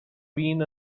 been